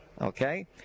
Okay